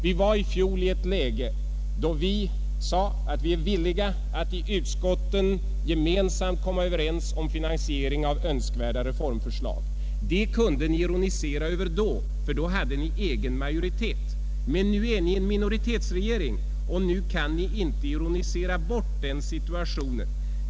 Vi hade i fjol ett läge där vi sade att vi var villiga att i utskotten gemensamt komma överens om finansiering av önskvärda reformförslag. Det kunde ni ironisera över, för då hade ni egen majoritet. Men nu är ni en minoritetsregering och kan därför inte ironisera bort den situationen.